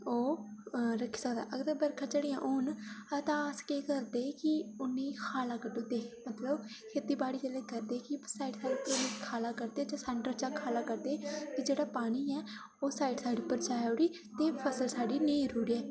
ओह् रक्खी सकदा आखदे बरखा झड़ियां होन तां अस केह् करदे कि उ'नेंई खाला कड्ढी ओड़दे मतलव खेती बाड़ी जिसलै करदे कि साइड इफैक्ट ते नेईं होऐ ते खाल कड्ढदे ते सैंटर च खाला कड्ढदे ते जेह्ड़ा पानी ऐ ओह्सा इड साइड परा जाई उठी ते फसल साढ़ी नेईं रुढै